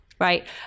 Right